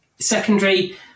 secondary